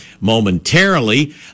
momentarily